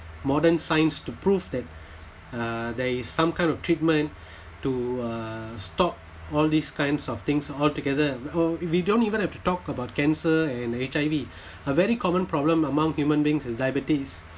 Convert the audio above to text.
modern science to prove that uh there is some kind of treatment to err stop all these kinds of things altogether oh we don't even have to talk about cancer and H_I_V a very common problem among human beings is diabetes